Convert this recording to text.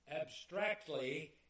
abstractly